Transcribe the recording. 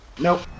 Nope